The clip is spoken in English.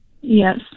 yes